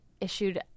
issued